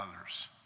others